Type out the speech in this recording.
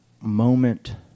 moment